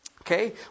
Okay